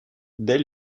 dès